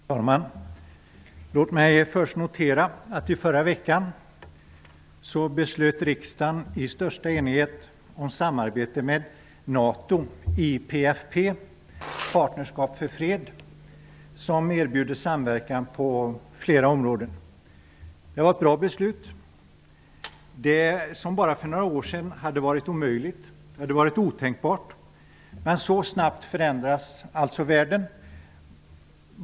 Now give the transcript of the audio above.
Herr talman! Låt mig först notera att riksdagen i förra veckan i största enighet beslutade om samarbete med NATO i PFF, Partnerskap för fred, som erbjuder samverkan på flera områden. Det var ett bra beslut som bara för några år sedan hade varit omöjligt. Det hade varit otänkbart, men så snabbt förändras alltså världen.